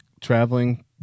traveling